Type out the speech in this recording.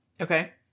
Okay